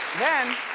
then,